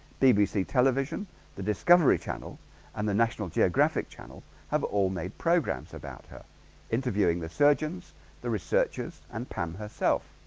bbc television the discovery channel and the national geographic channel have all made programs about her interviewing the surgeons the researchers and pam herself